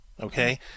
Okay